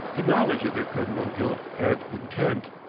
the knowledge of their criminal guilt and intent,